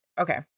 okay